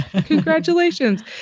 Congratulations